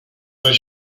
dos